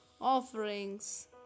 offerings